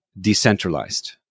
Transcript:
decentralized